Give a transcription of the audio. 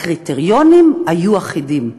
הקריטריונים היו אחידים.